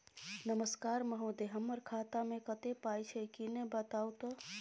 नमस्कार महोदय, हमर खाता मे कत्ते पाई छै किन्ने बताऊ त?